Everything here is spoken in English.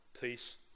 peace